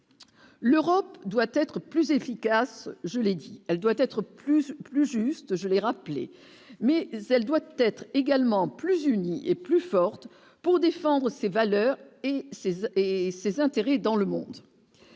L'Europe doit être plus efficace, je l'ai dit, elle doit être plus plus juste, je l'ai rappelé mais celle doit être également plus unie et plus forte pour défendre ses valeurs et ses oeufs et ses intérêts dans le monde,